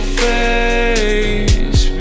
face